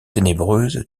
ténébreuses